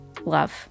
love